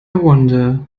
wonder